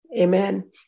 Amen